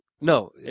no